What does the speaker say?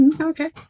okay